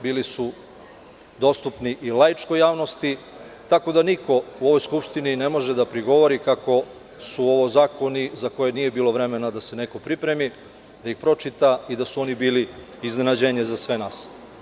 Bili su dostupni i laičkoj javnosti, tako da niko u ovoj skupštini ne može da prigovori kako su ovi zakoni za koje je bilo vremena da se neko pripremi, da ih pročita i da su oni bili iznenađenje za sve nas.